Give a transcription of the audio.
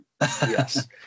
yes